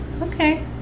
okay